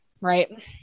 Right